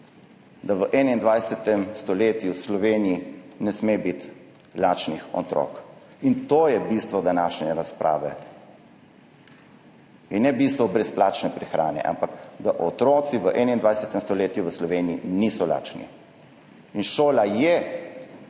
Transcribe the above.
da v 21. stoletju v Sloveniji ne sme biti lačnih otrok. In to je bistvo današnje razprave in ne bistvo brezplačne prehrane, ampak da otroci v 21. stoletju v Sloveniji niso lačni. In šola je